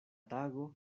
tago